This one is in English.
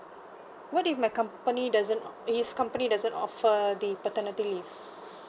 what if my company doesn't or his company doesn't offer the paternity leave